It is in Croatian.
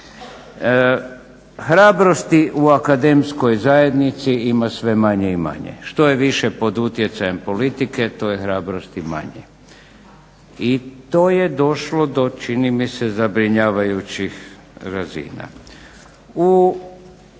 Hrabrosti u akademskoj zajednici ima sve manje i manje. Što je više pod utjecajem politike to je hrabrosti manje. I to je došlo do čini mi se zabrinjavajućih razina. U